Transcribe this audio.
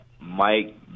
Mike